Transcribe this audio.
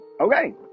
Okay